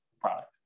product